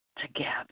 together